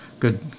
Good